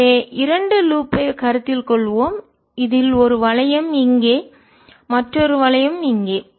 எனவே இரண்டு லூப் ஐ வளையத்தை கருத்தில் கொள்வோம் இதில் ஒரு வளையம் இங்கே மற்றொரு வளையமும் இங்கே